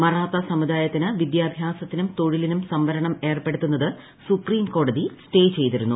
മറാത്ത സമുദായത്തിന് വിദ്യാഭ്യാമ്പ്ത്തീനും തൊഴിലിനും സംവരണം ഏർപ്പെടുത്തുന്നത് സുപ്പിച്ചുകോടതി സ്റ്റേ ചെയ്തിരുന്നു